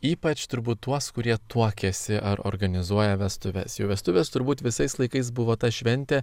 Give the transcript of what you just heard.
ypač turbūt tuos kurie tuokiasi ar organizuoja vestuves jau vestuvės turbūt visais laikais buvo ta šventė